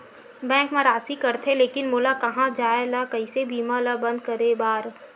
Bank मा राशि कटथे लेकिन मोला कहां जाय ला कइसे बीमा ला बंद करे बार?